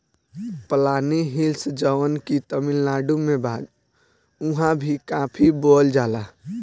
पलानी हिल्स जवन की तमिलनाडु में बा उहाँ भी काफी बोअल जाला